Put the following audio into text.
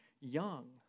young